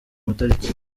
amatariki